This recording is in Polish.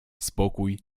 spokój